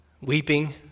weeping